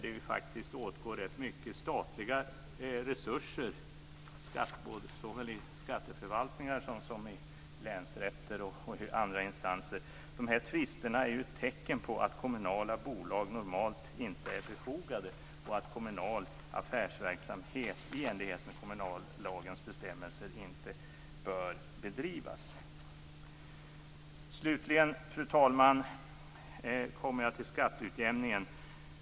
Det åtgår faktiskt rätt mycket statliga resurser såväl i skatteförvaltningar som i länsrätter och andra instanser till de här tvisterna. De är ett tecken på att kommunala bolag normalt inte är befogade, och att kommunal affärsverksamhet i enlighet med kommunallagens bestämmelser inte bör bedrivas. Slutligen, fru talman, kommer jag till skatteutjämningen.